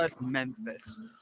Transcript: Memphis